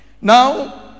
now